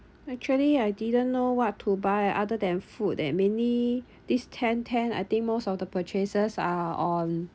actually I didn't know what to buy other than food that mainly this ten ten I think most of the purchases are on